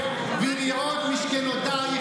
קח מתיישבים פלסטינים,